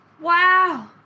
Wow